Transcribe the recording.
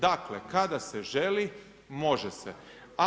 Dakle kada se želi, može se.